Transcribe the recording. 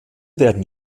werden